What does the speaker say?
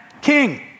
king